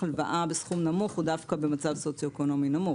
הלוואה בסכום נמוך הוא דווקא במצב סוציואקונומי נמוך.